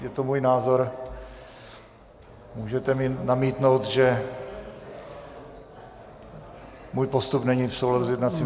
Je to můj názor, můžete mi namítnout, že můj postup není v souladu s jednacím řádem.